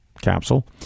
capsule